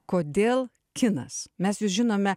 kodėl kinas mes jus žinome